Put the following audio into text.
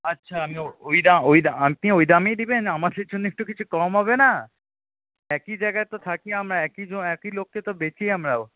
আচ্ছা আমি ওই আপনি ওই দামেই দেবেন আমাদের জন্য একটু কিছু কম হবে না একই জায়গায় তো থাকি আমরা একই একই লোককে তো বেচি আমরাও